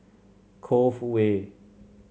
Cove Way